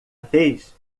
vez